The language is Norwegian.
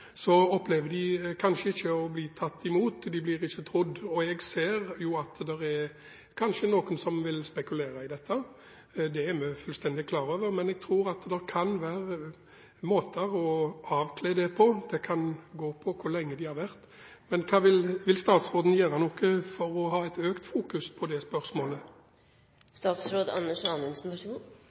opplever de kanskje ikke å bli tatt imot, eller de blir ikke trodd. Jeg ser at det kanskje er noen som vil spekulere i dette. Det er vi fullstendig klar over. Men jeg tror at det kan være måter å avkle det på – det kan gå på hvor lenge de har vært konvertitter. Men vil statsråden gjøre noe for å øke fokuseringen på det spørsmålet?